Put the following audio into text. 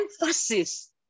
emphasis